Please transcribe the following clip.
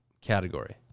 category